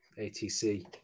ATC